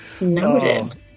Noted